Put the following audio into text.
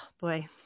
boy